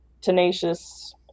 tenacious